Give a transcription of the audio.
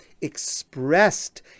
expressed